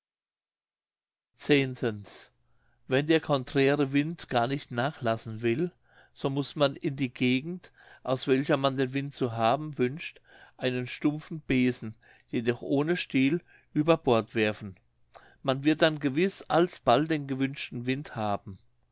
wenn der conträre wind gar nicht nachlassen will so muß man in die gegend aus welcher man den wind zu haben wünscht einen stumpfen besen jedoch ohne stiel über bord werfen man wird dann gewiß alsbald den gewünschten wind haben